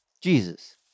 Jesus